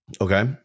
Okay